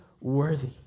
worthy